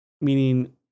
Meaning